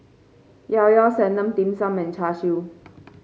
Llao Llao Sanum Dim Sum and Char Siu